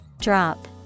Drop